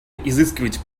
изыскивать